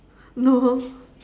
no